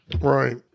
Right